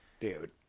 Dude